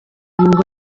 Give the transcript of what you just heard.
ngo